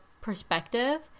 perspective